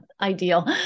ideal